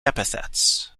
epithets